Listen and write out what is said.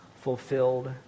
fulfilled